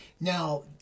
Now